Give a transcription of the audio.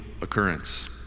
occurrence